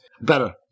Better